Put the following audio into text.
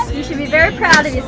you should be very proud of